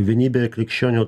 vienybė krikščionių